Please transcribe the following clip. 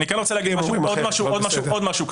אני כן רוצה להגיד עוד משהו כללי.